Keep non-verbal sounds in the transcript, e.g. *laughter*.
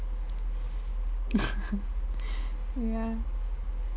*laughs* ya